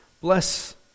Bless